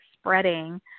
spreading